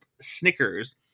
Snickers